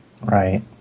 Right